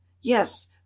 Yes